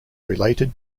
related